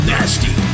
Nasty